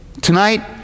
tonight